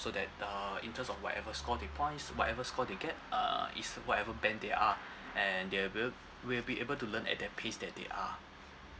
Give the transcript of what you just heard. so that uh in terms of whatever score they points whatever score they get uh is whatever band they are and they will will be able to learn at that pace that they are